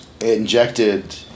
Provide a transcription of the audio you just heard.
injected